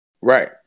Right